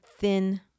Thin